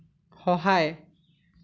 সহায়